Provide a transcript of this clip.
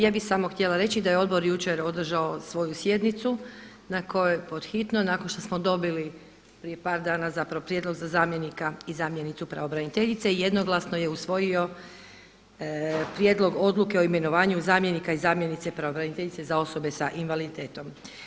Ja bih samo htjela reći da je Odbor jučer održao svoju sjednicu na kojoj je podhitno, nakon što smo dobili prije par dana zapravo prijedlog za zamjenika i zamjenicu pravobraniteljice, jednoglasno je usvojio Prijedlog odluke o imenovanju zamjenika i zamjenice pravobraniteljice za osobe sa invaliditetom.